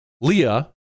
Leah